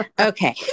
Okay